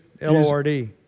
L-O-R-D